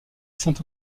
saint